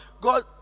God